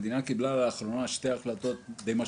המדינה קיבלה לאחרונה החלטות די משמעותיות.